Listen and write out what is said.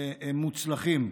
מוצלחים.